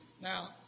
Now